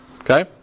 Okay